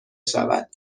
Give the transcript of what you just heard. شود